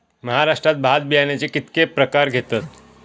महाराष्ट्रात भात बियाण्याचे कीतके प्रकार घेतत?